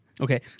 Okay